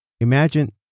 Imagine